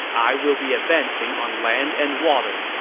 i will be advancing on land and water.